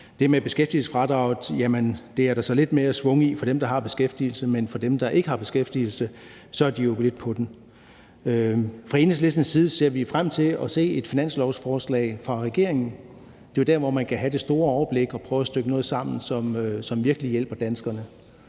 Det med beskæftigelsesfradraget er der så lidt mere schwung i for dem, der har beskæftigelse, men dem, der ikke har beskæftigelse, er jo så lidt på den. Fra Enhedslistens side ser vi frem til at se et finanslovsforslag fra regeringen. Det er jo der, hvor man kan have det store overblik og prøve at stykke noget sammen, som virkelig hjælper danskerne.